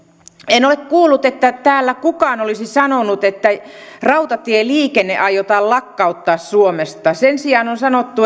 en ole kuullut että täällä kukaan olisi sanonut että rautatieliikenne aiotaan lakkauttaa suomesta sen sijaan on